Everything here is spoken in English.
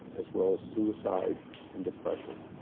as well as suicide and depression.